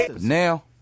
now